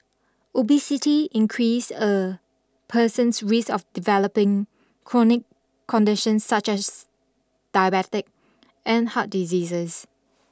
obesity increase a person's risk of developing chronic conditions such as diabetic and heart diseases